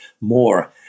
more